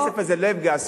הכסף הזה לא ייפגע.